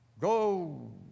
go